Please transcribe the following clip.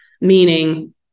meaning